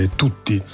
tutti